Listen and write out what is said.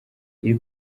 iri